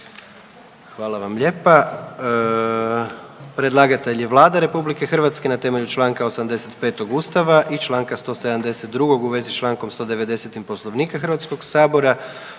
Hvala vam lijepa. Predlagatelj je Vlada RH na temelju čl. 85. Ustava RH i čl. 172. u vezi s čl. 190. Poslovnika Hrvatskog sabora.